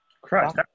Christ